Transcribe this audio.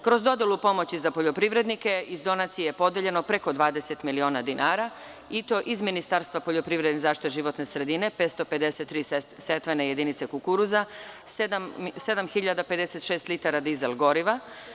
Kroz dodelu pomoći za poljoprivrednike iz donacije je podeljeno preko 20 miliona dinara i to iz Ministarstva poljoprivrede i zaštite životne sredine 553 setvene jedinice kukuruza, 7.056 litara dizel goriva.